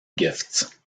gifts